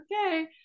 Okay